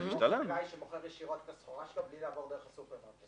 חקלאי שמוכר ישירות את הסחורה שלו בלי לעבור דרך הסופרמרקט.